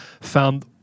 found